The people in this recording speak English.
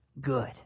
good